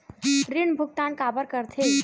ऋण भुक्तान काबर कर थे?